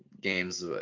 games